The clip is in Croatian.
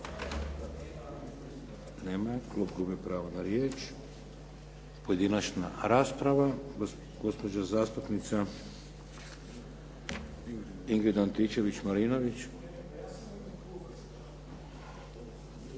Nema je. Klub gubi pravo na riječ. Pojedinačna rasprava. Gospođa zastupnica Ingrid Antičević-Marinović.